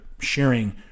sharing